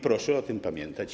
Proszę o tym pamiętać.